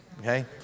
Okay